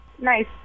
Nice